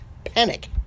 panic